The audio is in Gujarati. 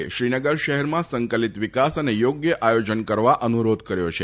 મુર્મુએ શ્રીનગર શહેરમાં સંકલીત વિકાસ અને યોગ્ય આયોજન કરવા અનુરોધ કર્યો છે